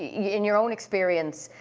yeah in your own experience,